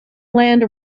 land